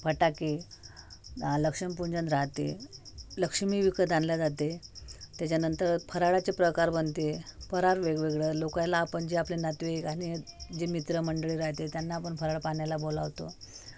फटाके लक्ष्मीपूजन राहते लक्ष्मी विकत आणली जाते त्याच्यानंतर फराळाचे प्रकार बनते परार वेगवेगळं लोकाला आपण जे आपले नातेवाईक आणि जे मित्रमंडळी राहते त्यांना आपण फराळपाण्याला बोलावतो